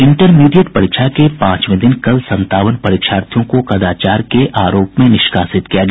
intermediate परीक्षा के पांचवे दिन कल संतावन परीक्षार्थियों को कदाचार के आरोप में निष्कासित किया गया